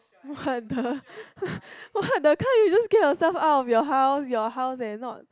what the what the kind you just get yourselves out of your house your house and not